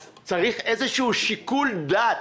אז צריך שיקול דעת.